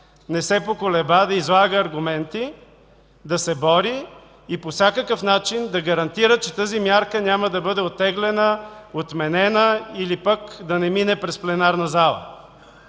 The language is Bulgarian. не се поколеба да излага аргументи, да се бори и по всякакъв начин да гарантира, че тази мярка няма да бъде оттеглена, отменена или да не мине през пленарната зала,